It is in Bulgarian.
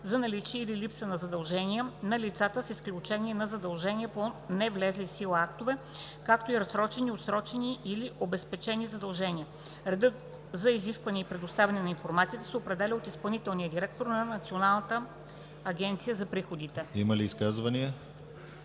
за наличие или липса на задължения на лицата с изключение на задължения по невлезли в сила актове, както и разсрочени, отсрочени или обезпечени задължения. Редът за изискване и предоставяне на информацията се определя от изпълнителния директор на Националната агенция за приходите.“ ПРЕДСЕДАТЕЛ